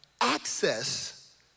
access